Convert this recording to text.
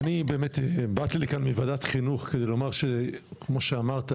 אני באמת באתי לכאן מוועדת חינוך כדי לומר שכמו שאמרת,